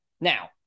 Now